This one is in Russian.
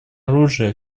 оружия